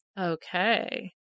Okay